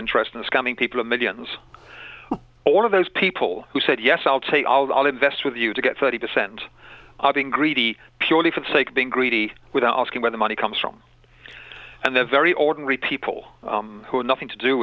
interest in this coming people of millions all of those people who said yes i'll take i'll invest with you to get thirty percent are being greedy purely for the sake of being greedy without asking where the money comes from and they're very ordinary people who are nothing to do